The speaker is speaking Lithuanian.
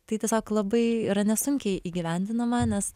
tai tiesiog labai yra nesunkiai įgyvendinama nes